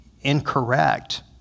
incorrect